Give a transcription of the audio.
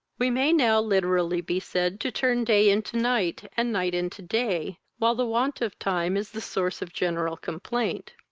we may now literally be said to turn day into night, and night into day, while the want of time is the source of general complaint.